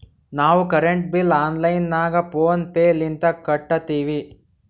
ನಾವು current bill online ನಾಗ PhonePe ಲಿಂತ ಕಟ್ಟತ್ತಿವಿ